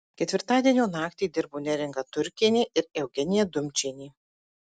ketvirtadienio naktį dirbo neringa turkienė ir eugenija dumčienė